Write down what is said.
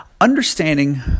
understanding